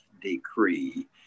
decree